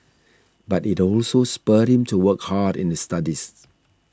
but it also spurred him to work hard in the studies